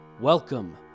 welcome